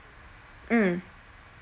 mm